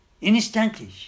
instantly